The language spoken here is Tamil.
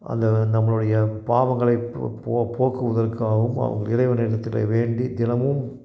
அந்த நம்மளுடைய பாவங்களை பு போ போக்குவதற்கு ஆவும் அவங்க இறைவன் இடத்தில் வேண்டி தினமும்